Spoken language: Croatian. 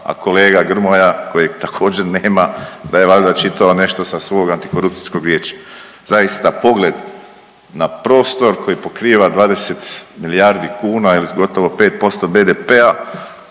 a kolega Grmoja kojeg također nema da je valjda čitao nešto sa svog Antikorupcijskog vijeća. Zaista pogled na prostor koji pokriva 20 milijardi kuna ili gotovo 5% BDP-a